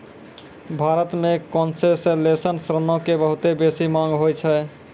भारत मे कोन्सेसनल ऋणो के बहुते बेसी मांग होय छै